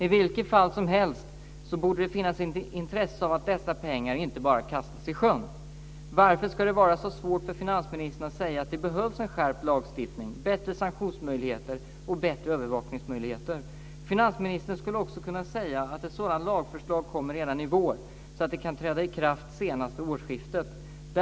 I vilket fall som helst borde det finnas ett intresse av att dessa pengar inte bara kastas i sjön. Varför ska det vara så svårt för finansministern att säga att det behövs en skärpt lagstiftning, bättre sanktionsmöjligheter och bättre övervakningsmöjligheter? Finansministern skulle också kunna säga att ett sådant lagförslag kommer redan i vår så att lagen kan träda i kraft senast vid årsskiftet.